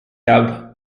dub